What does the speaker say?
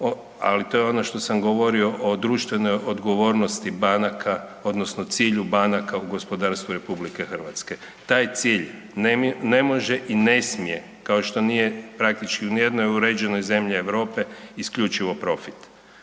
ali to je ono što sam govorio o društvenoj odgovornosti banaka odnosno cilju banaka u gospodarstvu RH. Taj cilj ne može i ne smije kao što nije praktički u nijednoj uređenoj zemlji Europe isključivo profit.